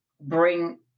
bring